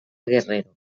guerrero